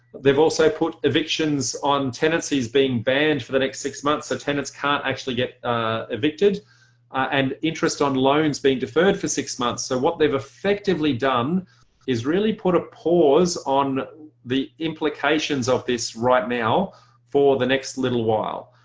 they've also put evictions on tenancies being banned for the next six months so tenants can't actually get evicted and interest on loans being deferred for six months. so what they've effectively done is really put a pause on the implications of this right now for the next little while.